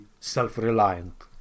self-reliant